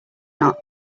not